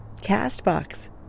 CastBox